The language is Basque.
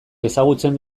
ezagutzen